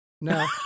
No